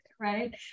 Right